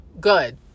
good